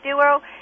duo